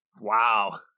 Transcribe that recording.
Wow